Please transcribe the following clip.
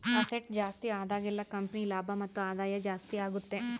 asset ಜಾಸ್ತಿ ಆದಾಗೆಲ್ಲ company ಲಾಭ ಮತ್ತು ಆದಾಯ ಜಾಸ್ತಿ ಆಗುತ್ತೆ